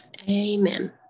Amen